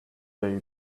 they